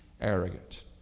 arrogant